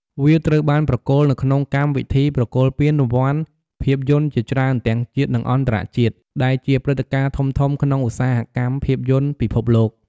វាត្រូវបានប្រគល់នៅក្នុងកម្មវិធីប្រគល់ពានរង្វាន់ភាពយន្តជាច្រើនទាំងជាតិ និងអន្តរជាតិ ដែលជាព្រឹត្តិការណ៍ធំៗក្នុងឧស្សាហកម្មភាពយន្តពិភពលោក។